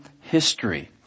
history